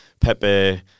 Pepe